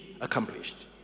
accomplished